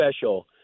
special